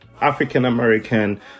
African-American